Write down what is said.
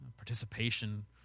participation